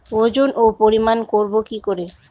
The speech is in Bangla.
ওজন ও পরিমাপ করব কি করে?